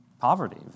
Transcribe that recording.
poverty